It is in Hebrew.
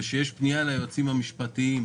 ושיש פנייה ליועצים המשפטיים.